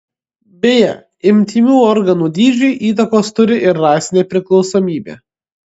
beje intymių organų dydžiui įtakos turi ir rasinė priklausomybė